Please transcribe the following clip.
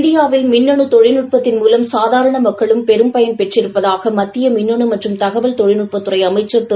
இந்தியாவில் மின்னணு தொழில்நுட்பத்தின் மூலம் சாதாரண மக்கள் பெரும் பயன் பெற்றிருப்பதாக மத்திய மின்னணு மற்றும் தகவல் தொழில்நுட்த் துறை அமைச்சர் திரு